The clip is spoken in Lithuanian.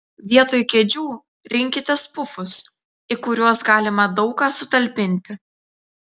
vietoj kėdžių rinkitės pufus į kuriuos galima daug ką sutalpinti